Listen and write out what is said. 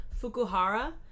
Fukuhara